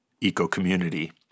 eco-community